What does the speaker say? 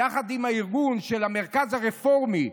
יחד עם הארגון של המרכז הרפורמי,